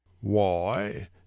Why